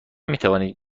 میتوانید